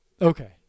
Okay